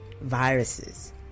viruses